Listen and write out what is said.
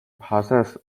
passes